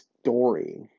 story